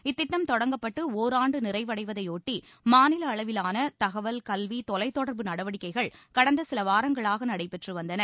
இத்திட்டம் தொடங்கப்பட்டு ஒராண்டு நிறைவடைவதைபொட்டி மாநில அளவிலான தகவல் கல்வி தொலைத்தொடர்பு நடவடிக்கைகள் கடந்த சில வாரங்களாக நடைபெற்று வந்தன